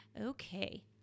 okay